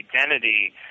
identity